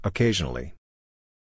Occasionally